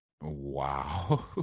Wow